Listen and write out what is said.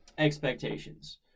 Expectations